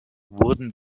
wurden